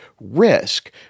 RISK